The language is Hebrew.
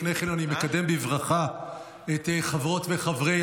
לפני כן אני מקדם בברכה את חברות וחברי